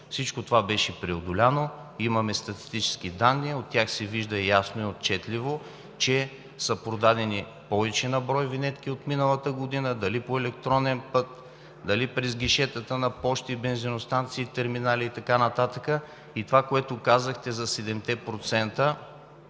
Всичко това беше преодоляно. Имаме статистически данни и от тях се вижда ясно и отчетливо, че са продадени повече на брой винетки от миналата година – дали по електронен път, дали през гишетата на пощи, бензиностанции и терминали и така нататък. Това, което казахте за 7%,